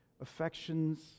affections